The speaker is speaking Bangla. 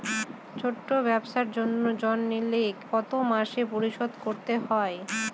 ছোট ব্যবসার জন্য ঋণ নিলে কত মাসে পরিশোধ করতে হয়?